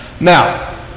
Now